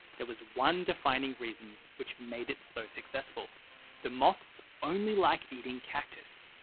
there was one defining reason which made it so successful the moths only like eating cactus.